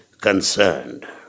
concerned